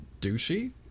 douchey